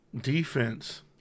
Defense